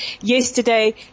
Yesterday